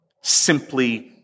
simply